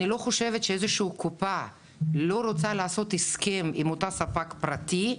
אני לא חושבת שיש איזושהי קופה שלא רוצה לעשות הסכם עם אותו ספק פרטי,